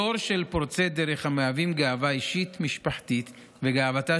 דור של פורצי דרך המהווים גאווה אישית ומשפחתית וגאוותה